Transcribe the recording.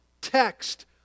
text